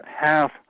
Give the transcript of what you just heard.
half